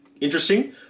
interesting